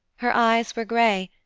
her eyes were gray,